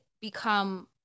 become